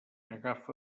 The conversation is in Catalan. agafa